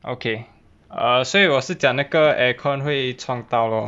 okay err 所以我是讲那个 aircon 会撞到